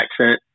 accent